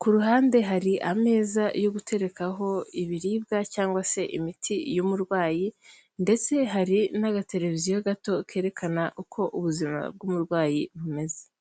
ku ruhande hari ameza yo guterekaho ibiribwa cyangwa se imiti y'umurwayi ndetse hari n'agatereviziyo gato kerekana uko ubuzima bw'umurwayi bumeze.